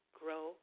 grow